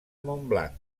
montblanc